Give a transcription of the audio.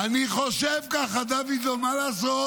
אני חושב ככה, דוידסון, מה לעשות?